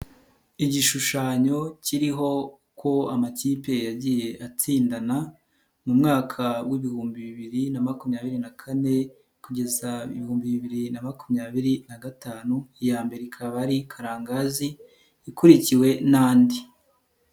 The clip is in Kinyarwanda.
Igishushanyo kiriho uko amakipe yagiye atsindana mu mwaka w'ibihumbi bibiri na makumyabiri na kane kugeza ibihumbi bibiri na makumyabiri na gatanu, iya mbere ikaba ari Karangazi ikurikiwe n'andi.